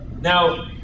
Now